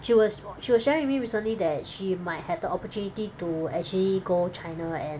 she was she was sharing with me recently that she might have the opportunity to actually go China and